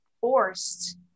forced